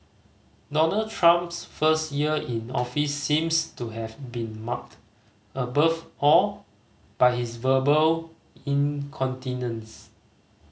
Donald Trump's first year in office seems to have been marked above all by his verbal incontinence